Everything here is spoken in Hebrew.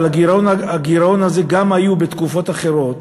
אבל הגירעון הזה גם היה בתקופות אחרות,